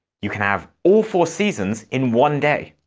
you can have all four seasons in one day.